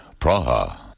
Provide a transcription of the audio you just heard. Praha